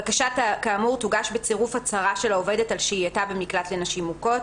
בקשה כאמור תוגש בצירוף הצהרה של העובדת על שהייתה במקלט לנשים מוכות.